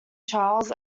charles